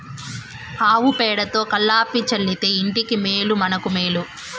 ఆవు పేడతో కళ్లాపి చల్లితే ఇంటికి మేలు మనకు మేలు